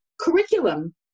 curriculum